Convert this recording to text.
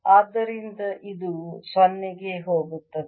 ಆದ್ದರಿಂದ ಇದು 0 ಕ್ಕೆ ಹೋಗುತ್ತದೆ